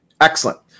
Excellent